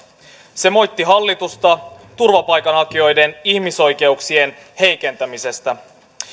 se moitti hallitusta turvapaikanhakijoiden ihmisoikeuksien heikentämisestä